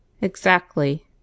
Exactly